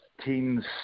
teams